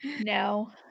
No